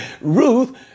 Ruth